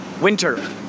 winter